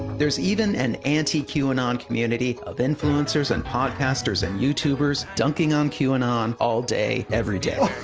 there's even an anti-qanon community of influencers and podcasters and youtubers dunking on qanon all day every day.